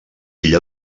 fill